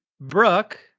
Brooke